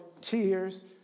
tears